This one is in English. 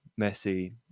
Messi